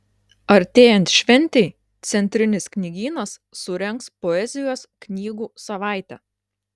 artėjant šventei centrinis knygynas surengs poezijos knygų savaitę